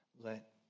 let